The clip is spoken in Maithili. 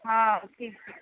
हँ ठीक